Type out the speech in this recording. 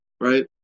right